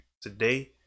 today